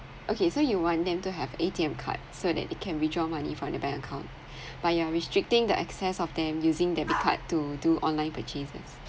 okay so you want them to have A_T_M card so that they can withdraw money from the bank account but you are restricting the access of them using debit card to do online purchases